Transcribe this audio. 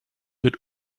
wird